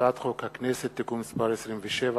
הצעת חוק הכנסת (תיקון מס' 27),